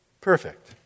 perfect